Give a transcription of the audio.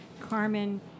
Carmen